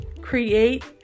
create